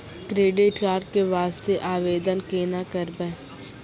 Credit card के वास्ते आवेदन केना करबै?